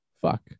fuck